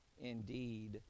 indeed